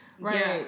Right